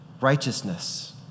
righteousness